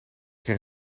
kreeg